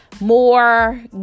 More